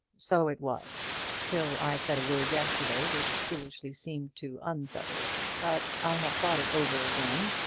so it was till i said a word yesterday which foolishly seemed to unsettle it. but i have thought it over again,